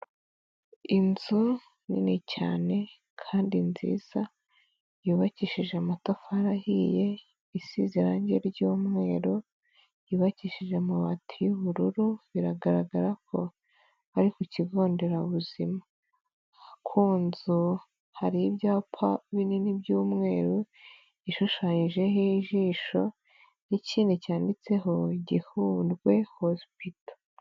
Inzu nini cyane kandi nziza, yubakishije amatafari ahiye isize irange ry'umweru, yubakishije amabati y'ubururu, biragaragara ko ari ku kigo nderabuzima. Ku nzu hari ibyapa binini by'umweru, ishushanyijeho ijisho n'ikindi cyanditseho Gihundwe Hospital.